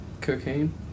Cocaine